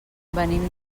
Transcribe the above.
venim